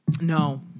No